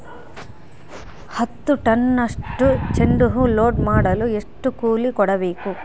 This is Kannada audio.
ಹತ್ತು ಟನ್ನಷ್ಟು ಚೆಂಡುಹೂ ಲೋಡ್ ಮಾಡಲು ಎಷ್ಟು ಕೂಲಿ ಕೊಡಬೇಕು?